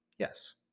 Yes